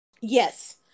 Yes